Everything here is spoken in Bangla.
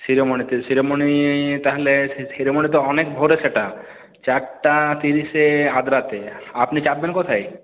শিরোমণিতে শিরোমণি তাহলে শিরোমণি তো অনেক ভোরে সেটা চারটা তিরিশে আদ্রাতে আপনি চাপবেন কোথায়